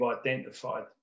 identified